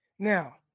Now